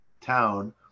town